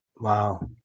Wow